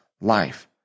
life